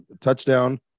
touchdown